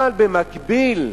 אבל במקביל,